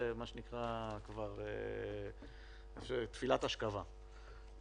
זה מה שנקרא כבר "תפילת השכבה".